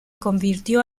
convirtió